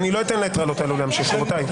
לא הייתה שום אפשרות להבין על מה